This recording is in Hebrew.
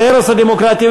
על הרס הדמוקרטיה,